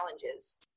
challenges